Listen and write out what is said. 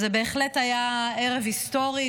זה בהחלט היה ערב היסטורי,